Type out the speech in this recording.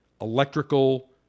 electrical